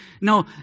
No